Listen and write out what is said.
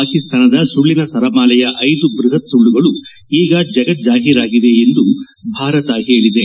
ಪಾಕಿಸ್ತಾನದ ಸುಳ್ಳನ ಸರಮಾಲೆಯ ಐದು ಬೃಹತ್ ಸುಳ್ಳುಗಳು ಈಗ ಜಗಜ್ಲಾಹೀರಾಗಿವೆ ಎಂದು ಭಾರತ ಹೇಳಿದೆ